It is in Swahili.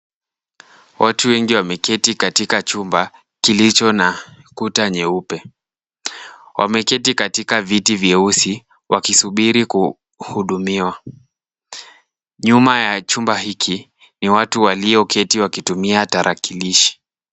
Watu wengi wameketi katika chumba kilicho na kuta nyeupe. Wameketi katika viti vyeusi wakisubiri kuhudumiwa. Nyuma ya chumba hiki, ni watu walioketi wakitumia tarakilishi.